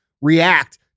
react